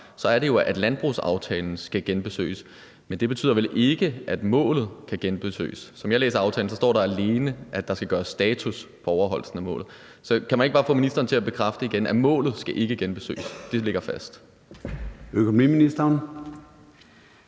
gik det jo på, at landbrugsaftalen skulle genbesøges, men det betyder vel ikke, at målet skal genbesøges? Som jeg læser aftalen, står der alene, at der skal gøres status på overholdelsen af målet. Så kan jeg ikke bare få ministeren til igen at bekræfte, at målet ikke skal genbesøges, og at det ligger fast?